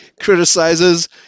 criticizes